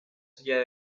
silla